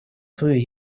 свою